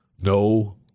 No